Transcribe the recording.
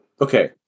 Okay